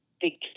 big